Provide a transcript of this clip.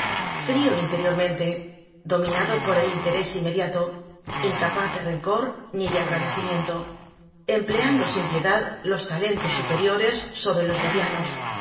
frio interiormente dominado por el interés inmediato incapaz de rencor ni de agradecimiento empleando sin piedad los talentos superiores sobre los medianos